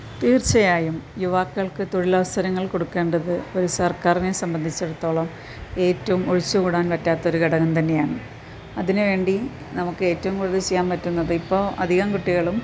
തീർച്ചയായും യുവാക്കൾക്ക് തൊഴിലവസരങ്ങൾ കൊടുക്കേണ്ടത് ഒരു സർക്കാരിനെ സംബന്ധിച്ചിടത്തോളം ഏറ്റവും ഒഴിച്ച് കൂടാൻ പറ്റാത്ത ഒരു ഘടകം തന്നെയാണ് അതിന് വേണ്ടി നമുക്ക് ഏറ്റവും കൂടുതൽ ചെയ്യാൻ പറ്റുന്നത് ഇപ്പോൾ അധികം കുട്ടികളും